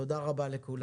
תודה רבה לכולם.